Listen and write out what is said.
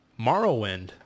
Morrowind